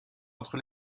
entre